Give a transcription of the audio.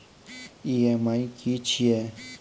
EMI की छिये?